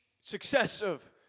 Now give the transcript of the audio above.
successive